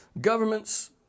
governments